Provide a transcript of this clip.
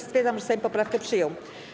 Stwierdzam, że Sejm poprawkę przyjął.